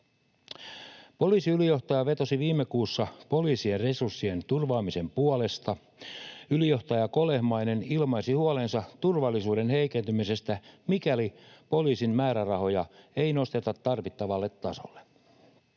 Poliisiylijohtaja vetosi viime kuussa poliisien resurssien turvaamisen puolesta. Ylijohtaja Kolehmainen ilmaisi huolensa turvallisuuden heikentymisestä, mikäli poliisin määrärahoja ei nosteta tarvittavalle tasolle.